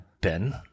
Ben